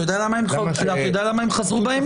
אתה יודע למה הם חזרו בהם?